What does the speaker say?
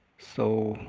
so